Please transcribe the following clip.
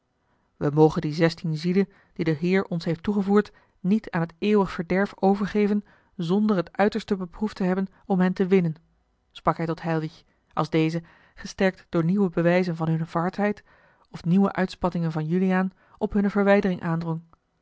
wij mogen die zestien zielen die de heer ons heeft toegevoegd niet aan het eeuwig verderf overa l g bosboom-toussaint de delftsche wonderdokter eel het uiterste beproefd te hebben om hen te winnen sprak hij tot heilwich als deze gesterkt door nieuwe bewijzen van hunne verhardheid of nieuwe uitspattingen van juliaan op hunne verwijdering aandrong